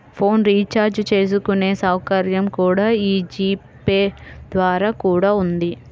phone recharge చేసుకునే సౌకర్యం కూడా యీ జీ పే ద్వారా కూడా ఉంది